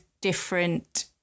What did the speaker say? different